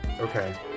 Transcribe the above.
Okay